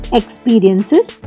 experiences